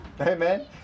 Amen